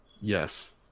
Yes